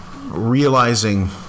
realizing